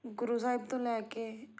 ਗੁਰੂ ਸਾਹਿਬ ਤੋਂ ਲੈ ਕੇ